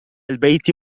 البيت